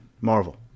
Marvel